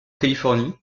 californie